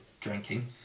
drinking